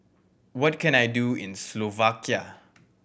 what can I do in Slovakia